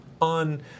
on